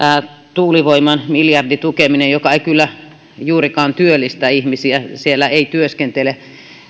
tuulivoiman miljarditukeminen joka ei kyllä juurikaan työllistä ihmisiä siellä ei työskentele